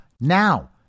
now